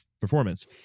performance